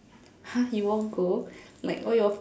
!huh! you won't go like all your